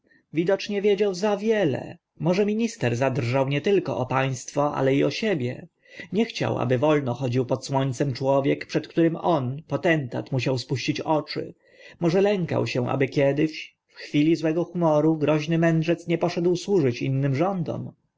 widocznie wiedział za wiele może minister zadrżał nie tylko o państwo ale i o siebie nie chciał aby wolno chodził pod słońcem człowiek przed którym on potentat musiał spuścić oczy może lękał się aby kiedyś w chwili złego humoru groźny mędrzec nie poszedł służyć innym rządom